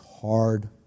hard